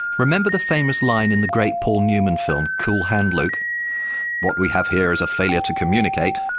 remember the famous line in the great paul newman film cool hand luke what we have here is a failure to communicate?